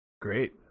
Great